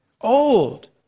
old